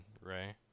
Ray